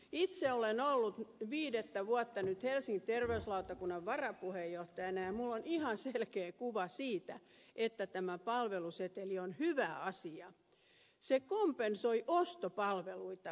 itse olen ollut viidettä vuotta nyt helsingin terveyslautakunnan varapuheenjohtajana ja minulla on ihan selkeä kuva siitä että tämä palveluseteli on hyvä asia se kompensoi ostopalveluita